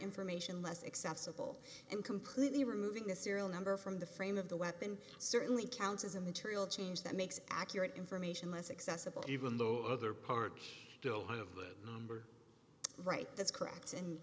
information less accessible and completely removing the serial number from the frame of the weapon certainly counts as a material change that makes accurate information less accessible even the other part right that's correct and